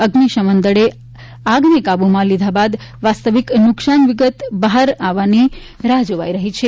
અગ્નિશમન દળે આગને કાબુમાં લીધા બાદ વાસ્તવિક નુકશાન વિગત બહાર આવવાની રાહ જોવાઇ રહી છે